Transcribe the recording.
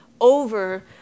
over